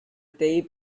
day